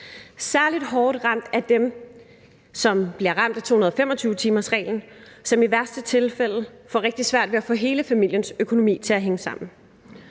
Særlig hårdt ramt er dem, som bliver ramt af 225-timersreglen, og som i værste tilfælde får rigtig svært ved at få hele familiens økonomi til at hænge sammen.